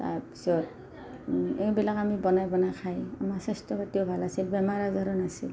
তাৰপিছত এইবিলাক আমি বনাই বনাই খাই আমাৰ স্বাস্থ্যপাতিও ভাল আছিল বেমাৰ আজাৰো নাছিল